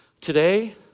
Today